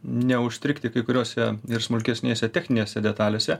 neužstrigti kai kuriose ir smulkesnėse techninėse detalėse